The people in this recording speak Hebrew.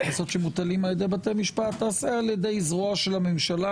קנסות שמוטלים על ידי בתי משפט תיעשה על ידי זרוע של הממשלה